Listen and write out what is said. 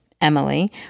Emily